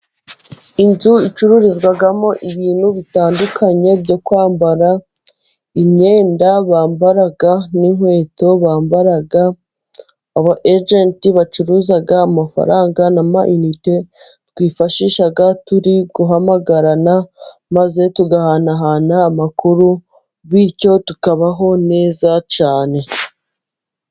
Inzu icururizwamo ibintu bitandukanye byo kwambara. Imyenda bambara n'inkweto bambara. Aba ejenti bacuruza amafaranga n' ama inite twifashisha turi guhamagarana, maze tugahanahana amakuru bityo tukabaho neza cyane.